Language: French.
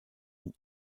une